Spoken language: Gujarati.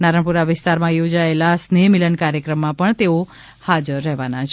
નારણપુરા વિસ્તારમાં યોજાયેલા સ્નેહ મિલન કાર્યક્રમમાં પણ તેઓ હાજર રહેવાના છે